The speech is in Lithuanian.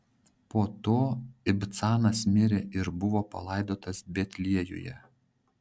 po to ibcanas mirė ir buvo palaidotas betliejuje